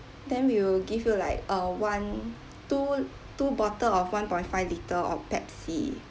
then we will give you like uh one two two bottle of one point five litre of pepsi